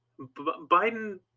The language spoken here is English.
Biden